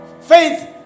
faith